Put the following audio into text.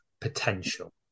potential